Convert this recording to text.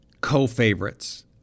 co-favorites